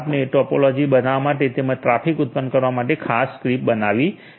આપણે ટોપોલોજી બનાવવા માટે તેમજ ટ્રાફિક ઉત્પન્ન કરવા માટે એક ખાસ સ્ક્રિપ્ટ બનાવી છે